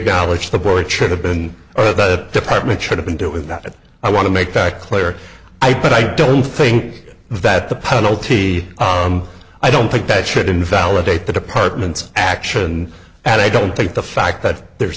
the board should have been or the department should have been doing that i want to make that clear i put i don't think that the penalty i don't think that should invalidate the department's action and i don't think the fact that there's